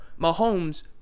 Mahomes